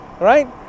right